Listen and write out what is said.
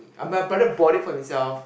I my brother bought it for himself